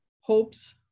hopes